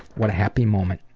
what a happy moment.